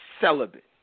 celibate